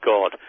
God